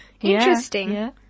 Interesting